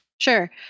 Sure